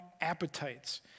appetites